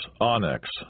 onyx